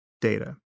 data